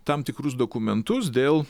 tam tikrus dokumentus dėl